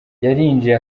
yarinjiye